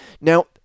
Now